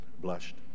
Blushed